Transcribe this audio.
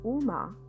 Uma